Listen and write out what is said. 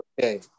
Okay